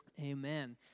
Amen